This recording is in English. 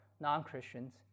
non-Christians